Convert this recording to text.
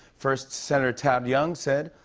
first, senator todd young said,